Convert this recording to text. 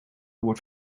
wordt